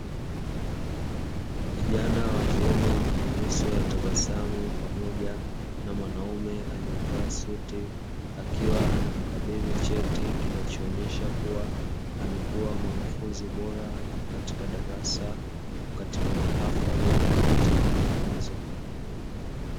Kijana wa kiume mwenye nyuso ya tabasamu pamoja na mwanaume aliye vaa suti akiwa anamkabidhi cheti kinacho onyesha kuwa amekua mwanafunzi bora katika darasa, katika mahafali ya kuhitimu mafunzo.